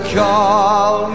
call